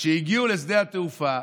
שהגיעו לשדה תעופה,